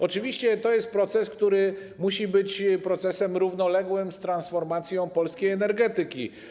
Oczywiście to jest proces, który musi być procesem równoległym z procesem transformacji polskiej energetyki.